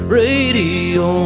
radio